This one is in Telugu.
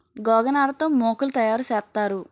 గోగనార తో మోకులు తయారు సేత్తారు